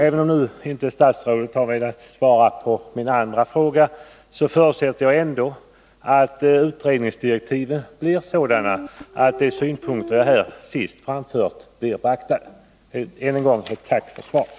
Även om statsrådet inte nu har velat svara på min andra fråga, så förutsätter jag ändå att utredningsdirektiven blir sådana att de synpunkter jag här nu senast framfört blir beaktade. Än en gång ett tack för svaret.